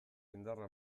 indarra